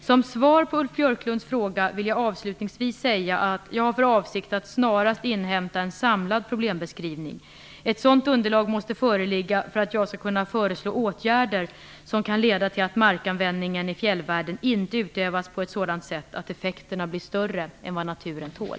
Som svar på Ulf Björklunds fråga vill jag avslutningsvis säga att jag har för avsikt att snarast inhämta en samlad problembeskrivning. Ett sådant underlag måste föreligga för att jag skall kunna föreslå åtgärder som kan leda till att markanvändningen i fjällvärlden inte utövas på ett sådant sätt att effekterna blir större än vad naturen tål.